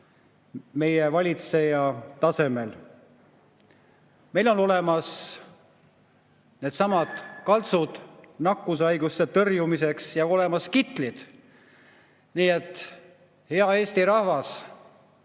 meie valitseja tasemel: meil on olemas needsamad kaltsud nakkushaiguste tõrjumiseks ja on olemas kitlid. Nii et, hea Eesti rahvas,